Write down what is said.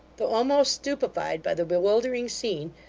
though almost stupefied by the bewildering scene,